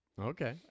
Okay